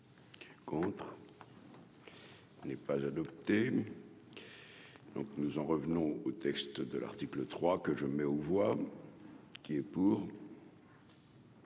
Contre n'est pas adopté. Donc nous en revenons au texte de l'article 3 que je mets aux voix qui est pour.